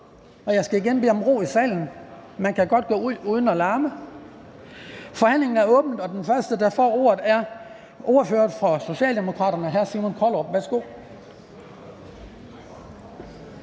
og jeg skal bede om ro i salen. Man kan godt gå ud uden at larme. Den første, der får ordet, er ordføreren for Socialdemokraterne, hr. Simon Kollerup.